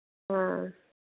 हाँ